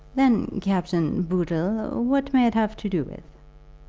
then, captain bood-dle, what may it have to do with?